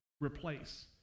replace